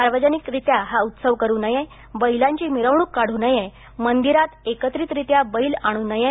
सार्वजनिकरित्या हा उत्सव करू नये बैलांची मिरवणूक काढू नये मंदिरात एकत्रीतरित्या बैल आणू नये